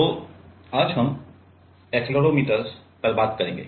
तो आज हम एक्सेलेरोमीटर पर बात करेंगे